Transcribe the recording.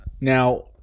Now